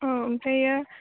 औ ओमफ्राय